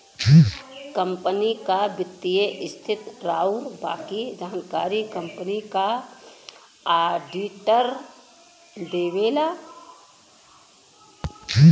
company क वित्तीय स्थिति आउर बाकी जानकारी कंपनी क आडिटर देवला